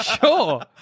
Sure